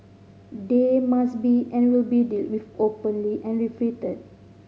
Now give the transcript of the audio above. they must be and will be dealt with openly and refuted